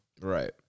right